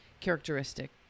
characteristic